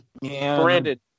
Brandon